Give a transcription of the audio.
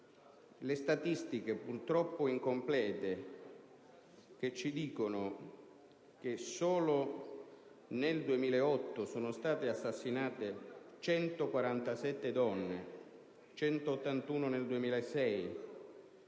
le statistiche purtroppo incomplete in base alle quali solo nel 2008 sono state assassinate 147 donne, 181 nel 2006